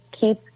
keep